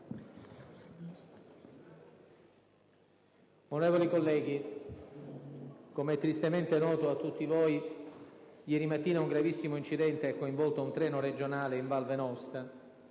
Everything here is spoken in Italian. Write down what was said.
Onorevoli colleghi, come è tristemente noto a tutti voi, ieri mattina un gravissimo incidente ha coinvolto un treno regionale in Val Venosta,